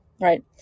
right